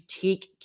take